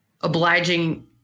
obliging